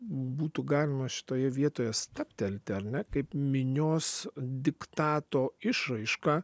būtų galima šitoje vietoje stabtelti ar ne kaip minios diktato išraiška